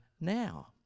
now